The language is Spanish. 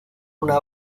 una